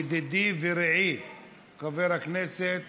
ידידי ורעי חבר הכנסת